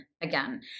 again